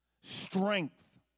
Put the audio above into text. strength